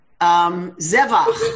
Zevach